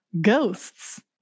ghosts